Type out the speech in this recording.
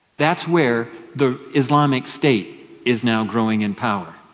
that's where the islamic state is now growing in power.